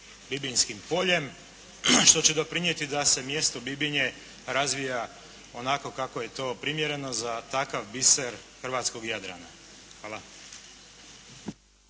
bibinjskim poljem što će doprinijeti da se mjesto Bibinje razvija onako kako je to primijenjeno za takav biser hrvatskoga Jadrana. Hvala.